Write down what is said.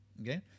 Okay